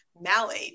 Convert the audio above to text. malate